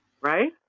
Right